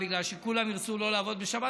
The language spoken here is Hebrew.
בגלל שכולם ירצו שלא לעבוד בשבת?